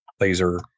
laser